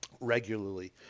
regularly